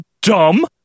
dumb